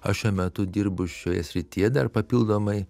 aš šiuo metu dirbu šioje srityje dar papildomai